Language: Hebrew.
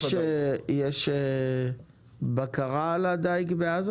יש בקרה על הדיג בעזה?